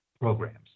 programs